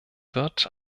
wird